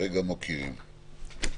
וגם מוקירים.